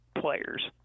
players